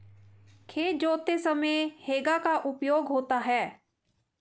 खेत जोतते समय हेंगा का उपयोग होता है